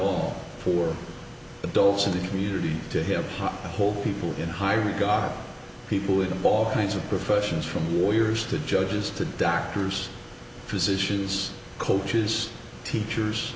all for adults in the community to help hold people in high regard people with all kinds of professions from warriors to judges to doctors physicians coaches teachers